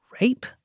rape